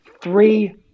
three